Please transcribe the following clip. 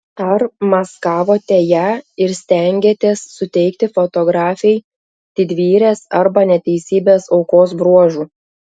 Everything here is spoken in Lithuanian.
ar maskavote ją ir stengėtės suteikti fotografei didvyrės arba neteisybės aukos bruožų